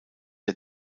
der